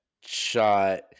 shot